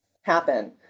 happen